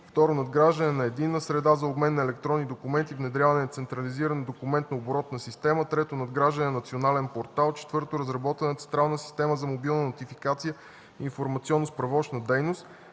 второ, надграждане на единна среда за обмен на електронни документи, внедряване на централизирана документно-оборотна система; трето, надграждане на национален портал; четвърто, разработване на централна система за мобилна нотификация, справочно-информационна дейност;